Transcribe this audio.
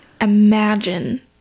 imagine